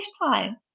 lifetime